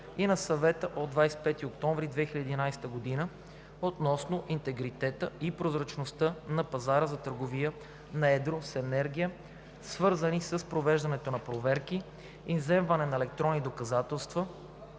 и на Съвета от 25 октомври 2011 г. относно интегритета и прозрачността на пазара за търговия на едро с енергия, свързани с провеждане на проверки, изземване на електронни доказателства